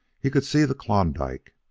he could see the klondike,